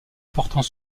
portant